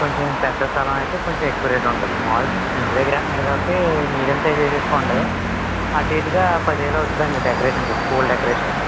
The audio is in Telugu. కొంచెం పెద్ద స్థలమైతే కొంచెం ఎక్కువ రేట్ ఉంటుంది మామూలుగా ఇంటిదగ్గరే అంటున్నారు కాబట్టి మీడియం సైజ్ వేసేసుకోండి అటు ఇటుగా పదివేలు అవుతుందండి డెకరేషన్కి పూల డెకరేషన్కి